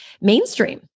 mainstream